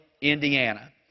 Indiana